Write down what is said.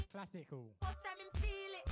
Classical